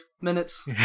minutes